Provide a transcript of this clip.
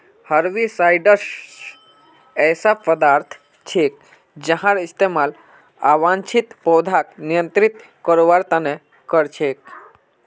herbicides ऐसा पदार्थ छिके जहार इस्तमाल अवांछित पौधाक नियंत्रित करवार त न कर छेक